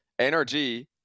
NRG